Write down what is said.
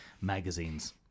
magazines